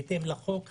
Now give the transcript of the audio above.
בהתאם לחוק,